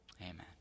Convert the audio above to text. Amen